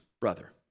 brother